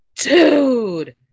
Dude